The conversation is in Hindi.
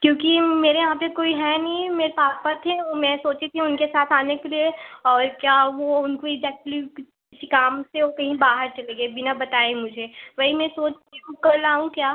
क्योंकि मेरे यहाँ पर कोई है नहीं मेरे पापा थे ओर मैं सोची थी उनके साथ आने के लिए और क्या वो उनको इजैक्टली किसी काम से वो कहीं बाहर चले गए बिना बताए मुझे वही मैं सोच रही हूँ कल आऊँ क्या